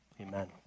amen